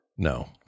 no